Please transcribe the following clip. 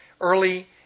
early